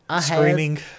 screaming